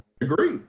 Agree